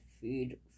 food